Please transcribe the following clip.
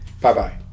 Bye-bye